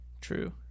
True